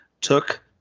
took